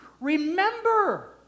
remember